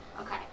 Okay